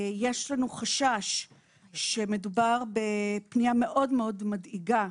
יש לנו חשש שמדובר בפנייה מאוד מדאיגה,